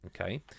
Okay